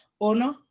owner